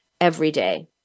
everyday